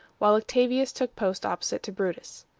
while octavius took post opposite to brutus.